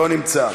לא נמצא,